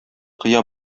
коя